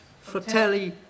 Fratelli